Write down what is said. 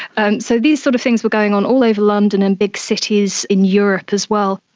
and so these sort of things were going on all over london and big cities in europe as well.